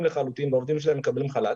לחלוטין והעובדים שלהם מקבלים חל"ת,